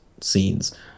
scenes